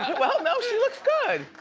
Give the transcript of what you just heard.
well, no, she looks good.